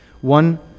One